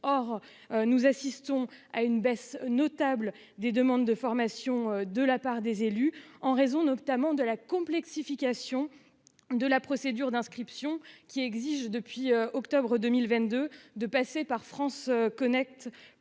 or nous assistons à une baisse notable des demandes de formation, de la part des élus en raison notamment de la complexification de la procédure d'inscription qui exigent depuis octobre 2022, de passer par France Connect,